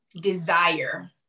desire